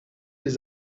les